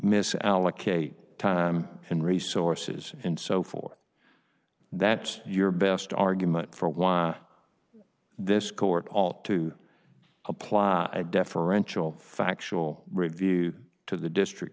miss allocate time and resources and so forth that's your best argument for why this court all to apply deferential factual review to the district